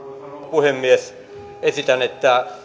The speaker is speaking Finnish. puhemies esitän että